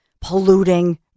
polluting